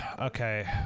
Okay